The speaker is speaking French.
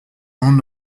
rendent